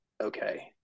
okay